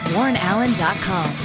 WarrenAllen.com